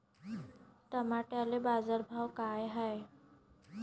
टमाट्याले बाजारभाव काय हाय?